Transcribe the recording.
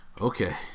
Okay